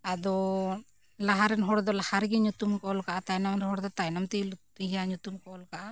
ᱟᱫᱚᱻ ᱞᱟᱦᱟᱨᱮᱱ ᱦᱚᱲ ᱫᱚ ᱞᱟᱦᱟ ᱨᱮᱜᱮ ᱧᱩᱛᱩᱢ ᱠᱚ ᱚᱞ ᱠᱟᱜᱼᱟ ᱛᱟᱭᱱᱚᱢ ᱨᱮᱱ ᱦᱚᱲᱫᱚ ᱛᱟᱭᱱᱚᱢ ᱛᱮᱜᱮ ᱤᱭᱟᱹ ᱧᱩᱛᱩᱢ ᱠᱚ ᱚᱞ ᱠᱟᱜᱼᱟ